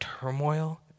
turmoil